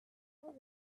all